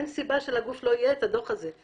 אין סיבה שלגוף לא יהיה את הדוח הזה.